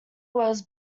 was